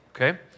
okay